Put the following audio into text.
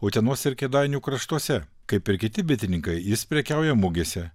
utenos ir kėdainių kraštuose kaip ir kiti bitininkai jis prekiauja mugėse